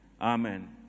Amen